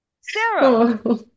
Sarah